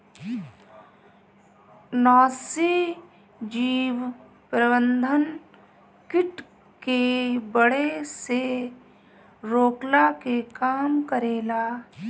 नाशीजीव प्रबंधन किट के बढ़े से रोकला के काम करेला